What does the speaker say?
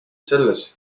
selles